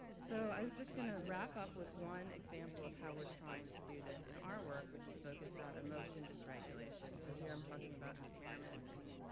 so i was just going to wrap up with one example of how we're trying to do this in our work, which is focused on emotion dysregulation, so here i'm talking about impairment in